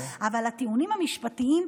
אבל הטיעונים המשפטיים,